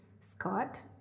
scott